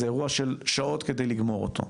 זה אירוע של שעות כדי לגמור אותו.